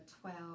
twelve